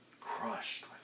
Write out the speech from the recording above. Crushed